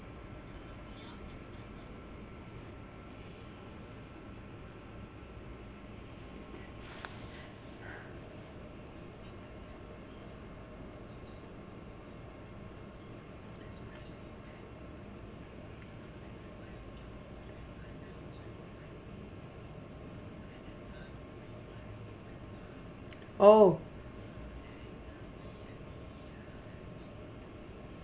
oo